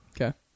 Okay